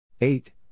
Eight